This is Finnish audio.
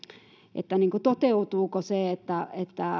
toteutuuko se että